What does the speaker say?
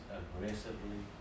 aggressively